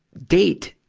date,